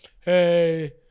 hey